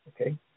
Okay